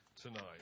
tonight